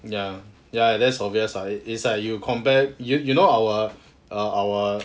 ya ya that's obvious lah is like you compare you you know our err our